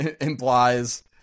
implies